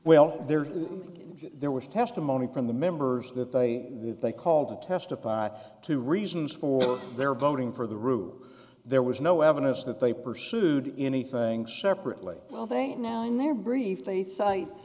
well there there was testimony from the members that they they called to testify to reasons for their voting for the roof there was no evidence that they pursued anything separately well they now in their brief they cite